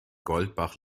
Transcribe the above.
goldbach